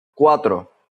cuatro